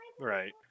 Right